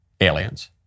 Aliens